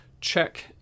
check